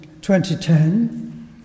2010